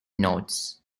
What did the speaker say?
notes